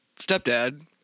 stepdad